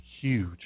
huge